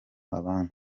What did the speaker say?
abandi